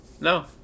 No